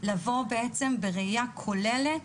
לבוא בעצם בראייה כוללת,